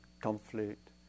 conflict